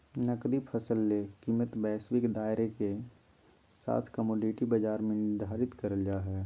नकदी फसल ले कीमतवैश्विक दायरेके साथकमोडिटी बाजार में निर्धारित करल जा हइ